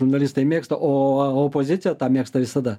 žurnalistai mėgsta o opozicija tą mėgsta visada